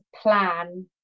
plan